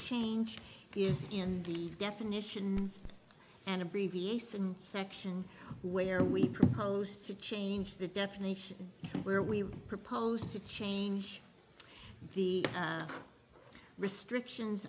change is in the definitions an abbreviation section where we proposed to change the definition where we proposed to change the restrictions